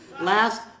last